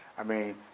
i mean,